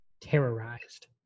terrorized